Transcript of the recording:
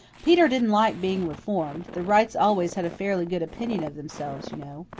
peter didn't like being reformed the wrights always had a fairly good opinion of themselves, you know.